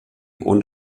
und